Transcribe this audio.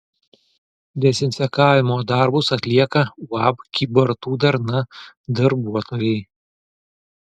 dezinfekavimo darbus atlieka uab kybartų darna darbuotojai